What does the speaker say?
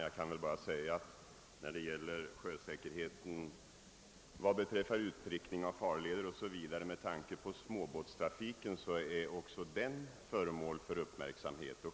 Herr talman! Även sjösäkerheten vad beträffar utprickning av farleder 0. s. v. med hänsyn till småbåtstrafiken är föremål för uppmärksamhet.